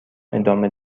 ادامه